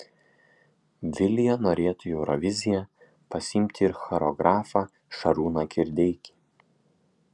vilija norėtų į euroviziją pasiimti ir choreografą šarūną kirdeikį